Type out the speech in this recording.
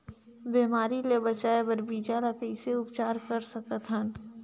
बिमारी ले बचाय बर बीजा ल कइसे उपचार कर सकत हन?